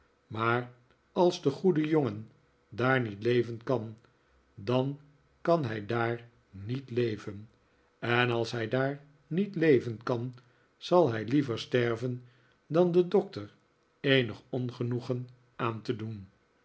maar als de goede jongen daar niet leveri kan dan kan hij daar niet leven en als hij daar niet leven kan zal hij liever sterven dan den doctor eenig ongenoegen aan te doen